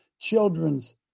children's